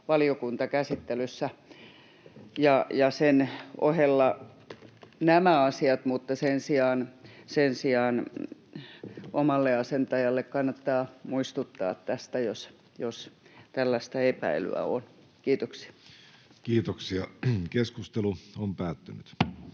valiokuntakäsittelyssä, mutta sen sijaan omalle asentajalle kannattaa muistuttaa tästä, jos tällaista epäilyä on. — Kiitoksia. Lähetekeskustelua varten